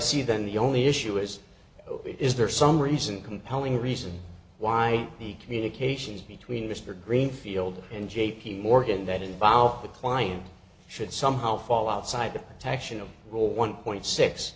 see then the only issue is is there some reason compelling reason why the communications between mr greenfield and j p morgan that involved the client should somehow fall outside the protection of the one point six